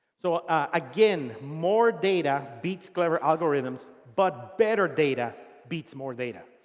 so, again, more data beats clever algorithms. but better data beats more data.